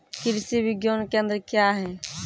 कृषि विज्ञान केंद्र क्या हैं?